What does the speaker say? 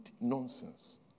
nonsense